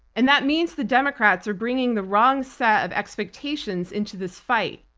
and that means the democrats are bringing the wrong set of expectations into this fight.